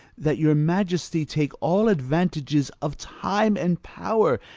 that your majesty take all advantages of time and power,